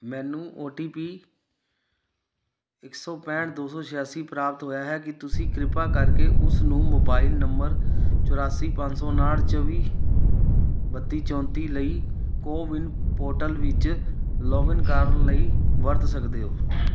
ਮੈਨੂੰ O T P ਇੱਕ ਸੌ ਪੈਂਹਠ ਦੋ ਸੌ ਛਿਆਸੀ ਪ੍ਰਾਪਤ ਹੋਇਆ ਹੈ ਕੀ ਤੁਸੀਂ ਕਿਰਪਾ ਕਰਕੇ ਉਸ ਨੂੰ ਮੋਬਾਈਲ ਨੰਬਰ ਚੁਰਾਸੀ ਪੰਜ ਸੌ ਉਨਾਹਠ ਚੌਵੀ ਬੱਤੀ ਚੌਂਤੀ ਲਈ ਕੋਵਿਨ ਪੋਰਟਲ ਵਿੱਚ ਲੌਗਇਨ ਕਰਨ ਲਈ ਵਰਤ ਸਕਦੇ ਹੋ